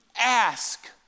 ask